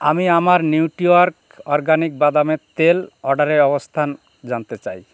আমি আমার নিউটিঅর্গ অরগানিক বাদামের তেল অর্ডারের অবস্থান জানতে চাই